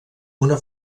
una